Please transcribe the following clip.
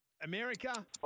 America